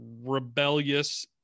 rebellious